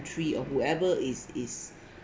country or whoever is is